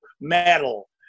metal